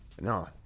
No